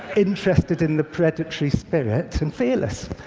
interested in the predatory spirit, and fearless.